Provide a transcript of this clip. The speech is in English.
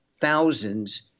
thousands